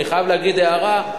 אני חייב להגיד הערה,